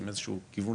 עם איזה שהוא כיוון,